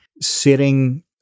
sitting